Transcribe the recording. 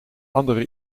andere